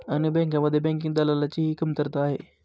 अनेक बँकांमध्ये बँकिंग दलालाची ही कमतरता आहे